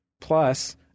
plus